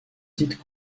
titre